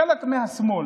חלק מהשמאל,